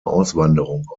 auswanderung